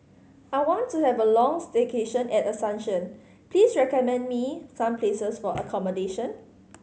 I want to have a long stay in Asuncion please recommend me some places for accommodation